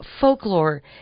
folklore